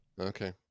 Okay